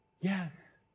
yes